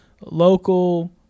local